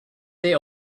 they